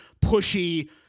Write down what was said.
pushy